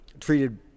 treated